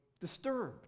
disturbed